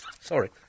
sorry